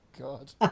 God